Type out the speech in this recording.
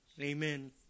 amen